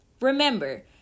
Remember